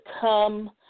come